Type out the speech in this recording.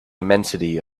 immensity